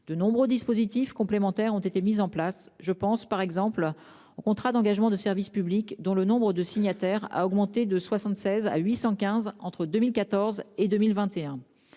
De nombreux dispositifs complémentaires ont été mis en place ; je pense au contrat d'engagement de service public (Cesp), dont le nombre de signataires est passé de 76 à 815 entre 2014 et 2021.